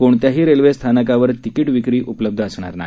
कोणत्याही रेल्वे स्थानकावर तिकिट विक्री उपलब्ध असणार नाही